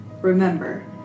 Remember